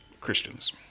Christians